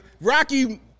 Rocky